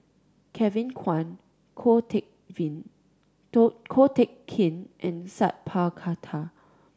Kevin Kwan Ko Teck Ko Teck Kin and Sat Pal Khattar